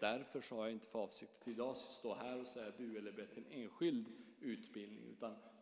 Därför har jag inte för avsikt att i dag stå här och säga bu eller bä till en enskild utbildning.